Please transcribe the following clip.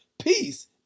Peace